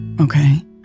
Okay